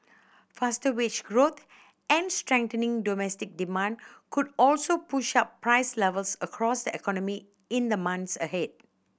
faster wage growth and strengthening domestic demand could also push up price levels across the economy in the month ahead